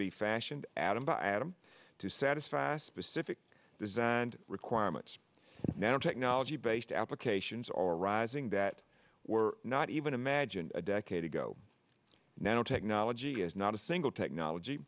be fashioned atom by atom to satisfy specific design and requirements nanotechnology based applications are rising that were not even imagined a decade ago nanotechnology is not a single technology